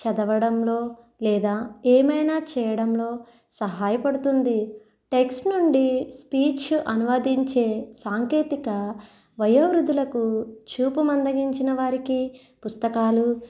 చదవడంలో లేదా ఏమైనా చేయడంలో సహాయపడుతుంది టెక్స్ట్ నుండి స్పీచ్ అనువదించే సాంకేతిక వయోవృధులకు చూపు మందగించిన వారికి పుస్తకాలు